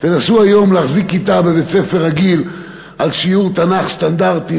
תנסו היום להחזיק כיתה בבית-ספר רגיל על שיעור תנ"ך סטנדרטי,